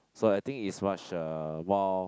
so I think is much uh more